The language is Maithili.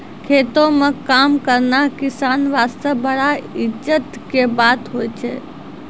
खेतों म काम करना किसान वास्तॅ बड़ा इज्जत के बात होय छै